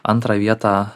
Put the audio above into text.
antrą vietą